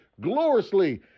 gloriously